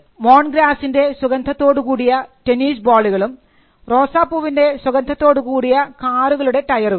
മോൺ ഗ്രാസിൻറെ സുഖന്ധത്തോടു കൂടിയ ടെന്നീസ് ബോളുകളും റോസാപൂവിൻറെ സുഖന്ധത്തോടു കൂടിയ കാറുകളുടെ ടയറുകളും